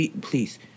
Please